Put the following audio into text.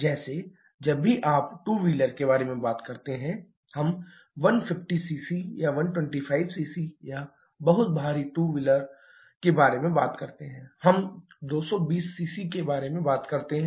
जैसे जब भी आप टू व्हीलर के बारे में बात करते हैं हम 150 cc 125 cc या बहुत भारी टू व्हीलर के बारे में बात करते हैं हम 220 cc के बारे में बात करते हैं